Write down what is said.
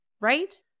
Right